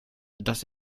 dass